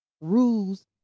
rules